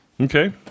Okay